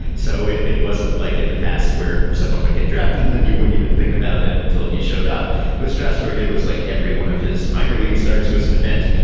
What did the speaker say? so it it wasn't like in the past where someone would get drafted and then you wouldn't even think about him until he showed up with strasburg it was like every one of his minor league starts was an event.